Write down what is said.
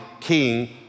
king